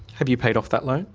have you paid off that loan?